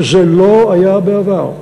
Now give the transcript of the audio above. שזה לא היה בעבר.